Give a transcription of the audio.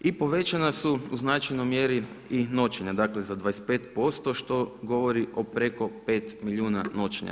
I povećana su u značajnoj mjeri i noćenja, dakle za 25% što govori o preko 5 milijuna noćenja.